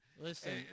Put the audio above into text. Listen